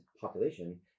population